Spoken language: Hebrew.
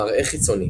מראה חיצוני